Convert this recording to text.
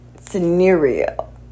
scenario